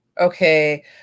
okay